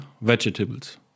vegetables